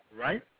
Right